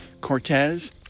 Cortez